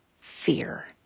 fear